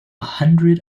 hundred